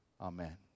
Amen